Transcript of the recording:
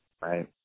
right